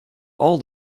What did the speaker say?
all